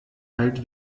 halt